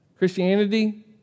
Christianity